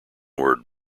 word